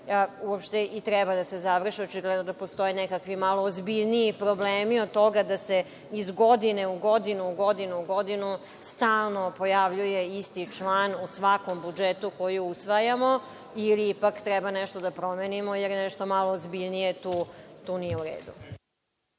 uopšte i treba da se završe. Očigledno da postoje nekakvi malo ozbiljniji problemi od toga da se iz godine u godinu u godinu u godinu stalno pojavljuje isti član u svakom budžetu koji usvajamo ili ipak treba nešto da promenimo, jer nešto malo ozbiljnije tu nije u redu.